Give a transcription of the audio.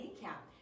kneecap